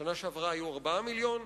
בשנה שעברה היו 4 מיליון,